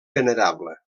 venerable